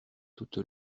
toute